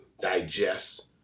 digest